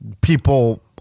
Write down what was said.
people